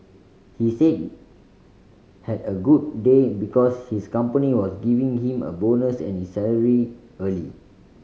he said had a good day because his company was giving him a bonus and his salary early